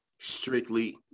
strictly